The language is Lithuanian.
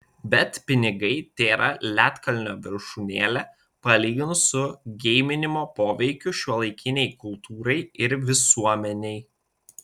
bet pinigai tėra ledkalnio viršūnėlė palyginus su geiminimo poveikiu šiuolaikinei kultūrai ir visuomenei